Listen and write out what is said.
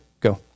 Go